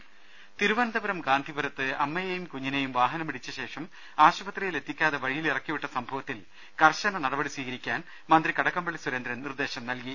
രുട്ട്ട്ട്ട്ട്ട്ട തിരുവനന്തപുരം ഗാന്ധിപുരത്ത് അമ്മയേയും കുഞ്ഞിനെയും വാഹന മിടിച്ച ശേഷം ആശുപത്രിയിൽ എത്തിക്കാതെ വഴിയിൽ ഇറക്കി വിട്ട സംഭ വത്തിൽ കർശന നടപടി സ്വീകരിക്കുവാൻ മന്ത്രി കടകംപള്ളി സുരേന്ദ്രൻ നിർദ്ദേശം നൽകി